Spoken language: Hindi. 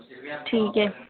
ठीक है